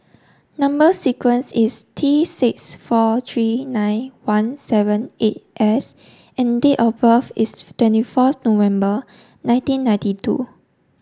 number sequence is T six four three nine one seven eight S and date of birth is twenty fourth November nineteen ninety two